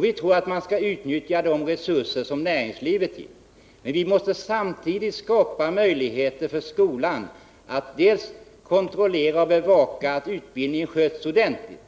Vi tror att man skall utnyttja de resurser näringslivet ger, men vi måste samtidigt skapa möjligheter för skolan att dels kontrollera och bevaka att utbildningen sköts ordentligt,